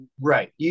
Right